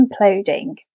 imploding